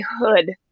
hood